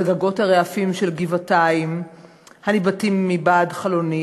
על גגות הרעפים של גבעתיים הניבטים מבעד חלוני,